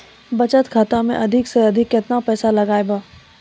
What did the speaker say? बचत खाता मे अधिक से अधिक केतना पैसा लगाय ब?